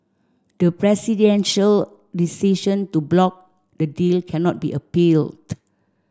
the presidential decision to block the deal cannot be appealed